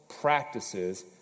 practices